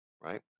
Right